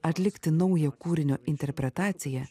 atlikti naują kūrinio interpretaciją